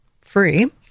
free